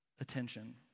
attention